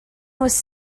was